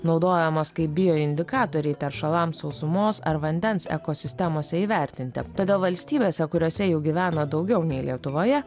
naudojamos kaip bioindikatoriai teršalams sausumos ar vandens ekosistemose įvertinti todėl valstybėse kuriose jų gyvena daugiau nei lietuvoje